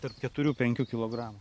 tarp keturių penkių kilogramų